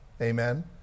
amen